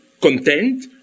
content